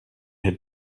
had